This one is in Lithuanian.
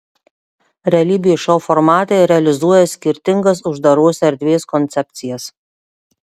realybės šou formatai realizuoja skirtingas uždaros erdvės koncepcijas